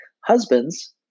husbands